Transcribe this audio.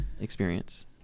experience